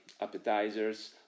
appetizers